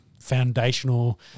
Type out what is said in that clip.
foundational